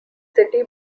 city